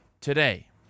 today